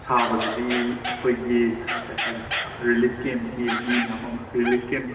ꯁꯥꯕꯖꯤꯗꯤ ꯑꯩꯈꯣꯏꯒꯤ ꯀꯩ ꯍꯥꯏꯇꯥꯔꯦ ꯔꯤꯂꯤꯞ ꯀꯦꯝꯞꯀꯤ ꯃꯤ ꯃꯌꯥꯝ ꯑꯃ ꯔꯤꯂꯤꯞ ꯀꯦꯝꯞ